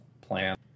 plan